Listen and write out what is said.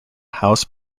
house